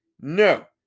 No